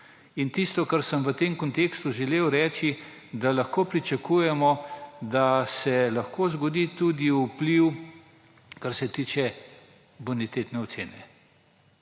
Tisto, kar sem v tem kontekstu želel povedati, je, da lahko pričakujemo, da se lahko zgodi tudi vpliv, kar se tiče bonitetne ocene.